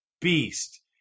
Beast